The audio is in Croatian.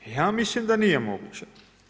Ja mislim da nije moguće.